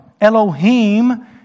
Elohim